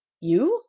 you?